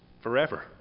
forever